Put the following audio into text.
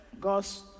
God's